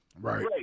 Right